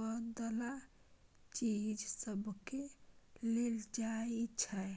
बदला चीज सबकेँ लेल जाइ छै